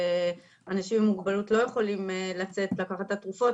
שאנשים עם מוגבלות לא יכולים לצאת כדי לקחת את התרופות,